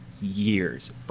years